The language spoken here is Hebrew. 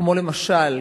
כמו למשל,